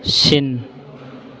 सिन